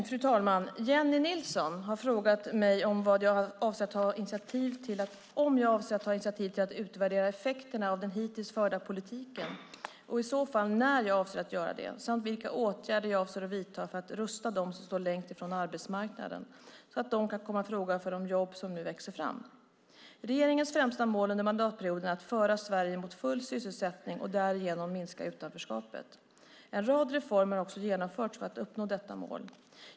Fru talman! Jennie Nilsson har frågat mig om jag avser att ta initiativ till att utvärdera effekterna av den hittills förda politiken och i så fall när jag avser att göra det samt vilka åtgärder jag avser att vidta för att rusta dem som står längst ifrån arbetsmarknaden så att de kan komma i fråga för de jobb som nu växer fram. Regeringens främsta mål under mandatperioden är att föra Sverige mot full sysselsättning och därigenom minska utanförskapet. En rad reformer har också genomförts för att uppnå detta mål.